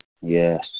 Yes